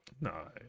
No